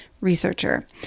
researcher